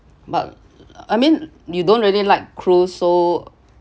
but I mean you don't really like cruise so